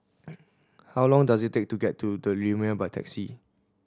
how long does it take to get to The Lumiere by taxi